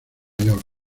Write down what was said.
york